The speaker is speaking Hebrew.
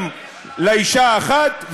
אין אישה אחת.